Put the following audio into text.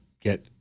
get